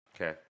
Okay